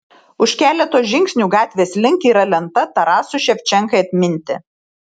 už keleto žingsnių gatvės link yra lenta tarasui ševčenkai atminti